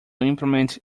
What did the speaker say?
implement